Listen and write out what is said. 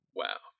wow